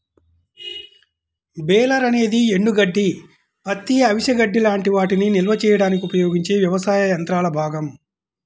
baler అనేది ఎండుగడ్డి, పత్తి, అవిసె గడ్డి లాంటి వాటిని నిల్వ చేయడానికి ఉపయోగించే వ్యవసాయ యంత్రాల భాగం